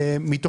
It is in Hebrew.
אבל